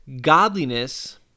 Godliness